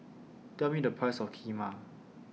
Tell Me The Price of Kheema